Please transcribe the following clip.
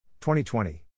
2020